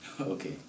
Okay